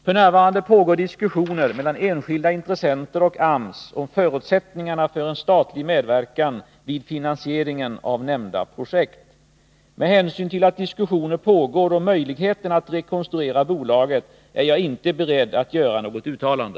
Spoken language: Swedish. F.n. pågår diskussioner mellan enskilda intressenter och AMS om förutsättningarna för en statlig medverkan vid finansieringen av nämnda projekt. Med hänsyn till att diskussioner pågår om möjligheten att rekonstruera bolaget är jag inte beredd att göra något uttalande.